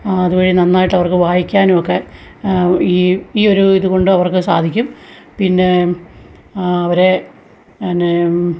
ആദ്യമേ നന്നായിട്ടവർക്ക് വായിക്കാനുമൊക്കെ ഈ ഒരു ഈ ഒരു ഇതുകൊണ്ട് അവർക്ക് സാധിക്കും പിന്നെ അവരെ പിന്നെയും